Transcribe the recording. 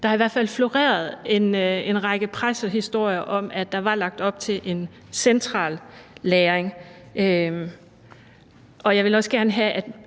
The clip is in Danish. der har i hvert fald floreret en række pressehistorier om, at der var lagt op til en central lagring. Og jeg vil også gerne have,